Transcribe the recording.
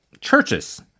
churches